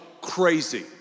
crazy